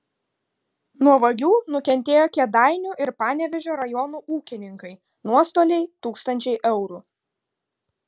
nuo vagių nukentėjo kėdainių ir panevėžio rajonų ūkininkai nuostoliai tūkstančiai eurų